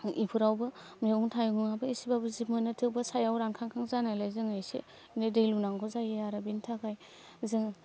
बेफोरावबो मैगंआबो एसेबाबो जिब मोनो थेवबो सायाव रानखां खां जानायलाय जों एसे दै लुनांगौ जायो आरो बेनि थाखाय जों